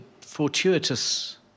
fortuitous